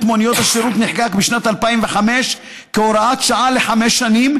מוניות השירות נחקק בשנת 2005 כהוראת שעה לחמש שנים,